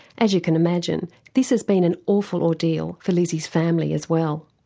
as you can imagine this has been an awful ordeal for lizzy's family as well.